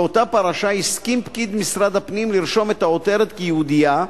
באותה פרשה הסכים פקיד משרד הפנים לרשום את העותרת כיהודייה,